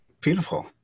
Beautiful